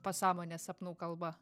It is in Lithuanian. pasąmonės sapnų kalbą